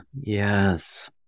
Yes